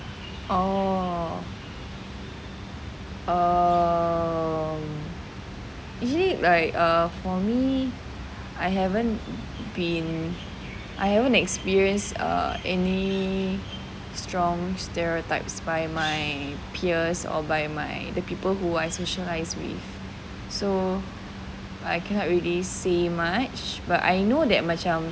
orh err usually for me I haven't been I haven't experience err any strong stereotypes by my peers or by my the people who I socialise with so I cannot really say much but I know that macam